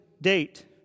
date